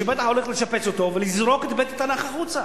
שבטח הולכת לשפץ אותו ולזרוק את בית-התנ"ך החוצה.